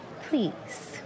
Please